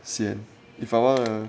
sian if I want